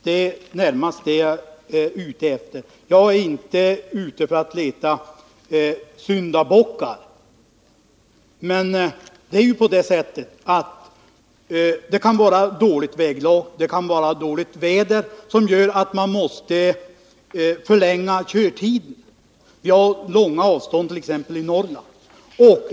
Det är vad jag närmast är ute efter, inte att leta syndabockar. Det kan vara dåligt väglag eller dåligt väder så att man måste förlänga körtiden, och avstånden är långa t.ex. i Norrland.